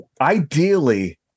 ideally